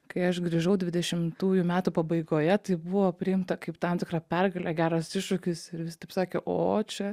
kai aš grįžau dvidešimtųjų metų pabaigoje tai buvo priimta kaip tam tikra pergalė geras iššūkis ir visi taip sakė o čia